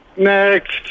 Next